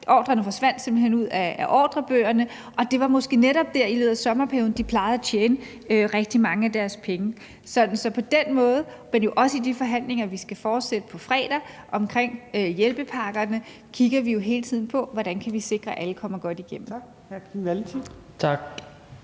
forsvandt ud af ordrebøgerne, og det var måske netop der i løbet af sommerperioden, de plejede at tjene rigtig mange af deres penge. Så på den måde – men jo også i de forhandlinger, vi skal fortsætte på fredag, om hjælpepakkerne – kigger vi jo hele tiden på, hvordan vi kan sikre, at alle kommer godt igennem.